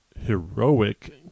heroic